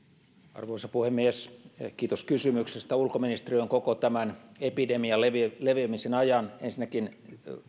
arvoisa puhemies kiitos kysymyksestä ulkoministeriö on koko tämän epidemian leviämisen ajan ensinnäkin